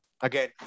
Again